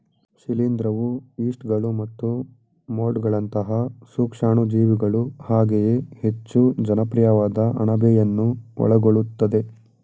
ಶಿಲೀಂಧ್ರವು ಯೀಸ್ಟ್ಗಳು ಮತ್ತು ಮೊಲ್ಡ್ಗಳಂತಹ ಸೂಕ್ಷಾಣುಜೀವಿಗಳು ಹಾಗೆಯೇ ಹೆಚ್ಚು ಜನಪ್ರಿಯವಾದ ಅಣಬೆಯನ್ನು ಒಳಗೊಳ್ಳುತ್ತದೆ